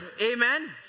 Amen